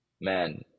man